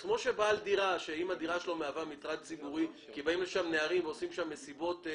זה בדיוק כמו דירה שבאים אליה נערים ועושים מסיבות.